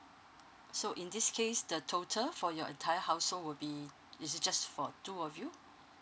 so in this case the total for your entire household would be is it just for two of you